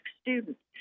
students